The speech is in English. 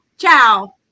Ciao